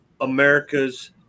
America's